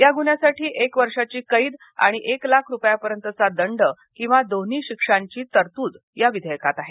या गुन्ह्यासाठी एक वर्षाची कैद आणि एक लाख रुपयेपर्यंतचा दंड किंवा दोन्ही शिक्षांची तरतूद या विधेयकात आहे